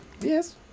yes